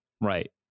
Right